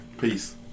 Peace